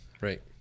Right